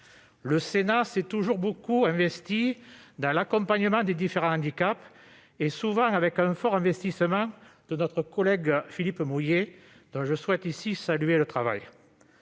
Le Sénat s'est toujours beaucoup investi dans l'accompagnement des différents handicaps, souvent sous l'impulsion de notre collègue Philippe Mouiller, dont je souhaite ici saluer le travail.